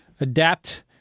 adapt